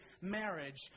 marriage